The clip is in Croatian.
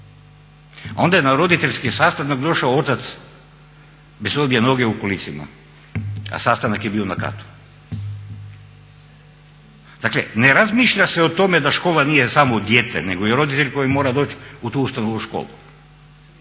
onda je na roditeljski sastanak došao otac bez obje noge u kolicima, a sastanak je bio na katu. Dakle, ne razmišlja se o tome da škola nije samo dijete nego i roditelj koji mora doći u tu ustanovu, u školu.